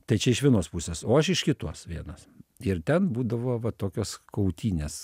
tad čia iš vienos pusės o aš iš kitos vienas ir ten būdavo va tokios kautynės